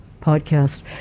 podcast